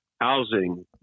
housing